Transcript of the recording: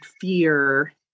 fear